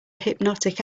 hypnotic